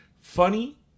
funny